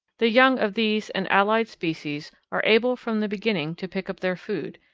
the young of these and allied species are able from the beginning to pick up their food,